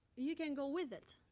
you can go with it.